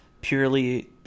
purely